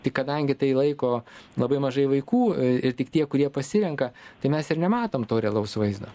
tik kadangi tai laiko labai mažai vaikų ir tik tie kurie pasirenka tai mes ir nematom to realaus vaizdo